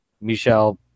Michelle